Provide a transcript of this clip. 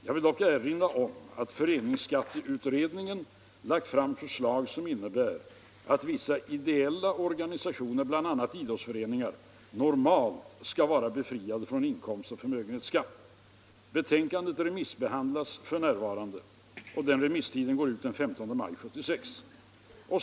Jag vill dock erinra om att föreningsskatteutredningen lagt fram förslag som innebär att vissa ideella organisationer, bl.a. idrottsföreningar, normalt skall vara befriade från inkomstoch förmögenhetsskatt. Betänkandet remissbehandlas f. n. Remisstiden går ut den 15 maj 1976.